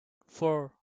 four